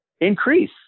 increase